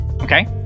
Okay